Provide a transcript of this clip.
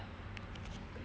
dribble basketball